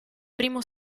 primo